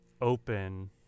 open